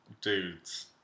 dudes